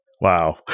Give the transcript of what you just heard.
Wow